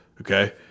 okay